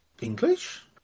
English